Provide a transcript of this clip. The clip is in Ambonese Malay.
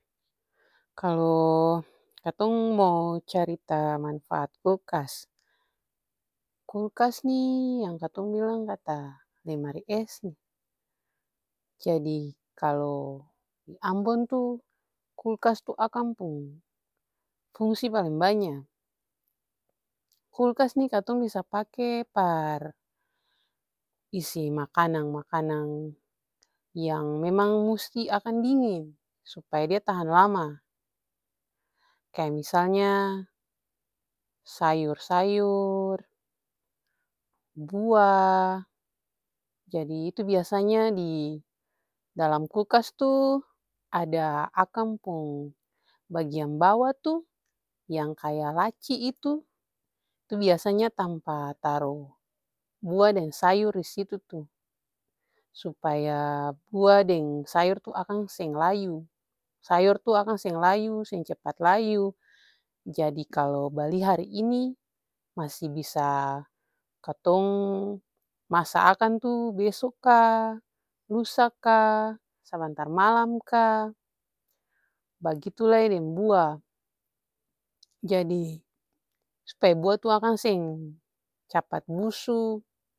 Kalu katong mo carita manfat kulkas. Kulkas nih yang katong bilang kata lemari es nih. Jadi kalu ambon tuh kulkas akang pung fungsi paleng banya. Kulkas nih katong bisa pake par isi makanang-makanang yang musti akang dinging supaya dia tahang lama. Kaya misalnya sayur-sayur, buah, jadi itu biasanya didalam kulkas tuh ada akang pung bagiang bawa tuh yang kaya laci itu, itu biasanya tampa taru bua deng sayur disitu-tuh. Supaya bua deng sayor tuh akang seng layu, sayor tuh akang seng layu, seng capat layu. Jadi kalu bali hari ini masi bisa katong masa akang tuh beso ka, lusa ka, sabantar malam ka, bagitu lai deng bua. Jadi supaya bua tuh akang seng capat busu.